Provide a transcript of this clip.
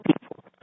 people